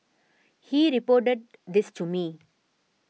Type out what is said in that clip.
he reported this to me